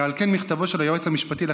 ועל כן מכתבו של היועץ המשפטי לכנסת,